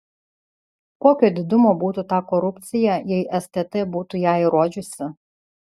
kokio didumo būtų ta korupcija jei stt būtų ją įrodžiusi